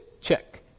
Check